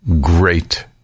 great